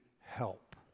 help